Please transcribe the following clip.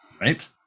Right